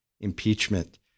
impeachment